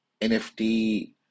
NFT